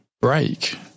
break